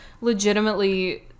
legitimately